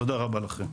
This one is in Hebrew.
תודה רבה לכם.